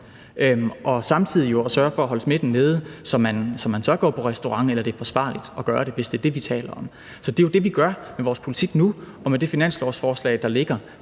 jo om at sørge for at holde smitten nede, så man tør gå på restaurant, eller så det er forsvarligt at gøre det, hvis det er det, vi taler om. Så det er jo det, vi gør med vores politik nu og med det finanslovsforslag, der ligger,